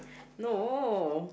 no